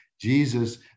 Jesus